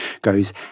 goes